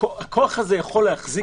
הכוח הזה יכול להחזיק,